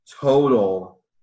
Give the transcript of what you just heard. total